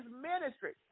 ministry